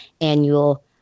annual